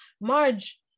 Marge